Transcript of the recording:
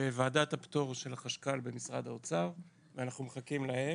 בוועדת הפטור של החשכ"ל במשרד האוצר ואנחנו מחכים להם.